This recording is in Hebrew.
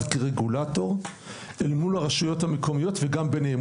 כרגולטור אל מול הרשויות המקומיות וגם ביניהן.